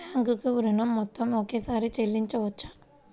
Bank ఋణం మొత్తము ఒకేసారి చెల్లించవచ్చా?